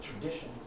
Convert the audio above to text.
tradition